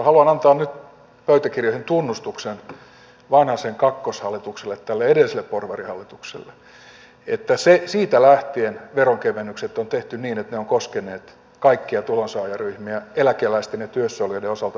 haluan antaa nyt pöytäkirjoihin tunnustuksen vanhasen kakkoshallitukselle ja edelliselle porvarihallitukselle että siitä lähtien veronkevennykset on tehty niin että ne ovat koskeneet kaikkia tulonsaajaryhmiä eläkeläisten ja työssä olijoiden osalta samalla tavalla